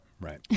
Right